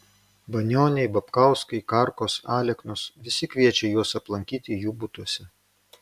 banioniai babkauskai karkos aleknos visi kviečia juos aplankyti jų butuose